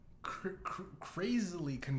crazily